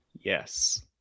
Yes